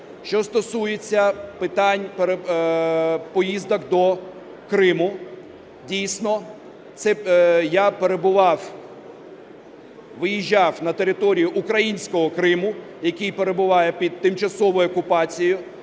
Що стосується питань поїздок до Криму, дійсно, я перебував, виїжджав на територію українського Криму, який перебуває під тимчасовою окупацією